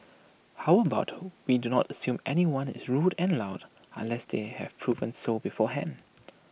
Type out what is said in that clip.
how about we do not assume anyone is rude and loud unless they have proven so beforehand